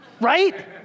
right